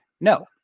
No